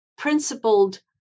principled